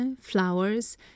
flowers